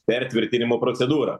per tvirtinimo procedūrą